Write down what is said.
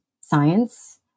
science